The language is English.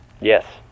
Yes